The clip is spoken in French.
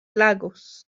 lagos